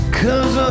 cause